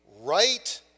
right